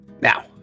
Now